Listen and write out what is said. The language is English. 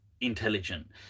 intelligent